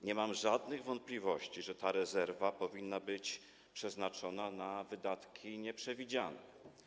Nie mam żadnych wątpliwości, że ta rezerwa powinna być przeznaczona na wydatki nieprzewidziane.